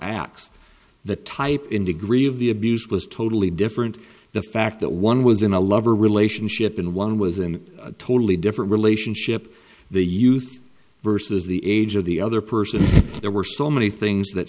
acts the type in degree of the abuse was totally different the fact that one was in a lover relationship and one was in a totally different relationship the youth versus the age of the other person there were so many things that